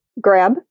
grab